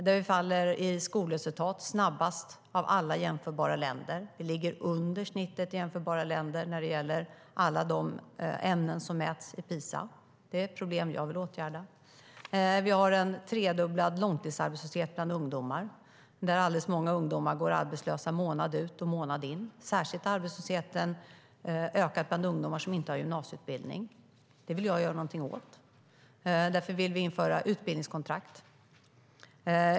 När det gäller skolresultat faller vi snabbast av alla jämförbara länder. Vi ligger under snittet bland jämförbara länder när det gäller alla de ämnen som mäts i PISA. Det är ett problem som jag vill åtgärda. Vi har en tredubblad långtidsarbetslöshet bland ungdomar. Alldeles för många ungdomar går arbetslösa månad efter månad. Arbetslösheten har ökat särskilt bland ungdomar som inte har gymnasieutbildning. Det vill jag göra någonting åt. Därför vill vi införa utbildningskontrakt.